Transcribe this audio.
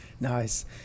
Nice